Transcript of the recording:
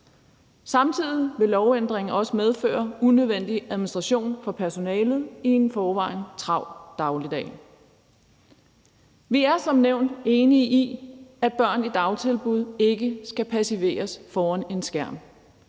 Samtidig vil lovændringen også medføre unødvendig administration for personalet i en i forvejen travl dagligdag. Vi er som nævnt enige i, at børn i dagtilbud ikke skal passiveres foran en skærm,